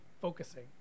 focusing